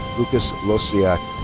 lukas losiak.